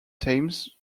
thames